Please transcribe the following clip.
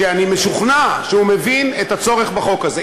ואני משוכנע שהוא מבין את הצורך בחוק הזה.